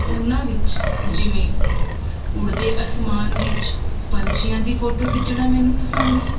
ਉਹਨਾਂ ਵਿੱਚ ਜਿਵੇਂ ਉੜਦੇ ਅਸਮਾਨ ਵਿੱਚ ਪੰਛੀਆਂ ਦੀ ਫੋਟੋ ਖਿੱਚਣਾ ਮੈਨੂੰ ਪਸੰਦ ਹੈ